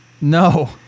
No